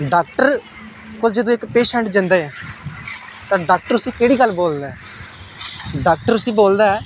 doctor कोल जंदू इक पैंशट जंदा ऐ ते डाक्टर उसी केह्ड़ी गल्ल बोलदा ऐ डाक्टर उसी बोलदा ऐ